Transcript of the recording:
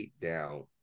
down